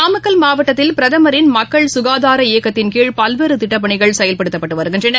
நாமக்கல் மாவட்டத்தில் பிரதமரின் மக்கள் சுகாதார இயக்கத்தின் கீழ் பல்வேறுதிட்டப்பணிகள் செயல்படுத்தப்பட்டுவருகின்றன